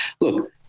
Look